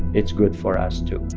it's good for us, too.